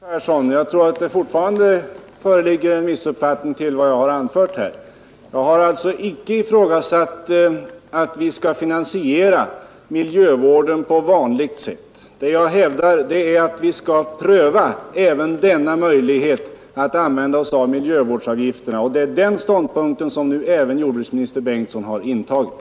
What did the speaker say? Herr talman! Nej, herr Persson, jag tror att det fortfarande föreligger en missuppfattning om vad jag har anfört här. Jag har alltså icke ifrågasatt att vi skall finansiera miljövården på vanligt sätt. Vad jag hävdar är att vi skall pröva även denna möjlighet att använda oss av miljövårdsavgifter, och det är den ståndpunkten som nu även jordbruksminister Bengtsson har intagit.